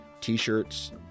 t-shirts